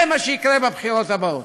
זה מה שיקרה בבחירות הבאות.